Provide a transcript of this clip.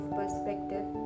perspective